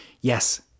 Yes